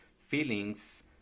feelings